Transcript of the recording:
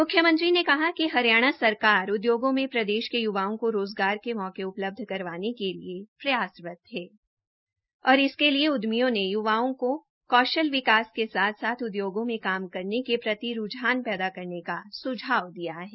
मुख्यमंत्री ने कहा कि हरियाणा सरकार उद्योगों में प्रदेश के युवाओं को रोजगार के मौके उपलब्ध कराने के लिए प्रयासरत है और इसके लिए उद्यमियों ने युवाओं को कौशल विकास के साथ साथ उद्योगों में काम करने के प्रति रूझान पैदा करने का सुझाव दिया है